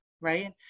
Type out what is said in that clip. right